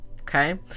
Okay